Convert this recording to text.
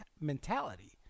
mentality